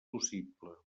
possible